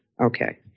Okay